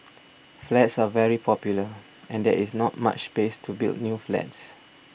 flats are very popular and there is not much space to build new flats